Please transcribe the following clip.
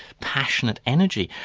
passionate energy,